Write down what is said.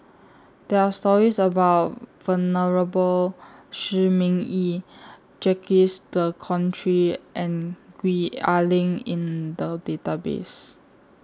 There Are stories about Venerable Shi Ming Yi Jacques De Coutre and Gwee Ah Leng in The Database